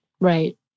right